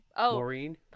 Maureen